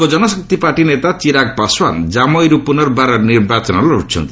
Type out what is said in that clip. ଲୋକ ଜନଶକ୍ତି ପାର୍ଟି ନେତା ଚିରାଗ୍ ପାଶ୍ୱାନ୍ କାମୋଇରୁ ପୁନର୍ବାର ନିର୍ବାଚନ ଲଢୁଛନ୍ତି